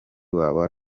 waba